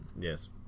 Yes